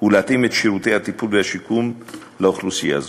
ולהתאים את שירותי הטיפול והשיקום לאוכלוסייה זו.